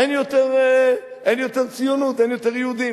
אין יותר ציונות, אין יותר יהודים.